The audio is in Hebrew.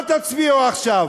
מה תצביעו עכשיו?